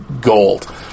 gold